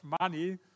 money